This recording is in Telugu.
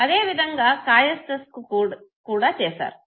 అదే విధంగా కాయస్థాస్ కు చేసారు